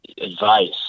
advice